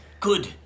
good